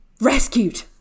rescued